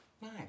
Nice